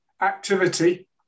activity